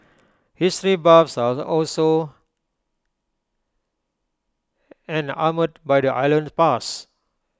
history buffs are also enamoured by the island's bus